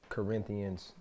Corinthians